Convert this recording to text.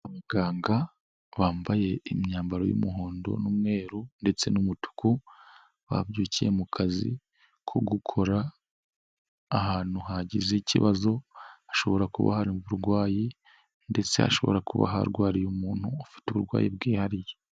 Abaganga wambaye imyambaro y'umuhondo n'umweru ndetse n'umutuku, babyukiye mu kazi ko gukora ahantu hagize ikibazo, ha ashobora kuba hari uburwayi, ndetse hashobora kuba harwariye umuntu ufite uburwayi bwihariye.